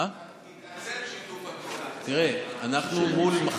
שיתעצם, לא רק